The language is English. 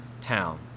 town